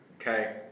Okay